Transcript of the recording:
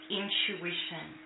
intuition